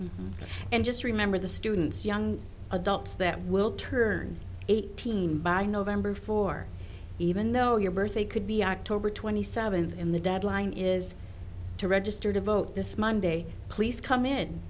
license and just remember the students young adults that will turn eighteen by november for even though your birthday could be october twenty seventh in the deadline is to register to vote this monday please come in